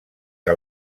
que